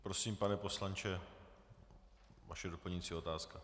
Prosím, pane poslanče, vaše doplňující otázka.